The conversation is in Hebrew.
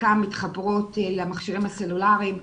חלקן מתחברות למכשירים הסולאריים,